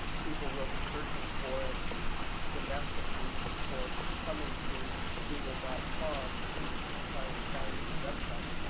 people will be searching for it domestically or coming to google dot com to trying to find your website.